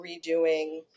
redoing